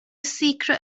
secret